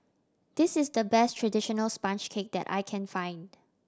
this is the best traditional sponge cake that I can find